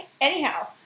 Anyhow